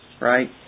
right